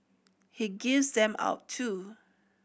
he gives them out too